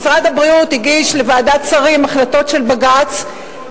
משרד הבריאות הגיש לוועדת השרים החלטות של בג"ץ,